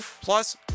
plus